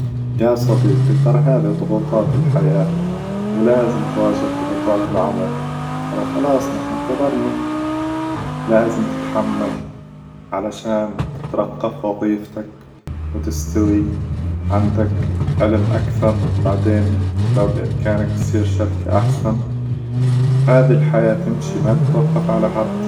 يا صديقي ترى هذي ظغوطات الحياة، ولازم تواجهك ظغوطات العمل ترى خلاص نحنا كبرنا، لازم تتحمل علشان تترقى في وظيفتك، وتستوي عندك علم أكثر، وبعدين لو بإمكانك تسير شركة أحسن، وهذي الحياة تمشي وما تتوقف على أحد.